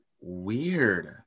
weird